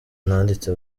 nanditse